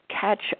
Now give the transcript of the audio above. catch